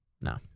no